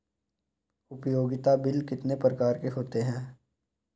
उपयोगिता बिल कितने प्रकार के होते हैं?